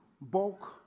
bulk